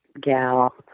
gal